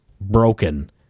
broken